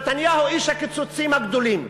נתניהו הוא איש הקיצוצים הגדולים,